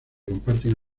comparten